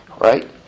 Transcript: Right